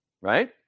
Right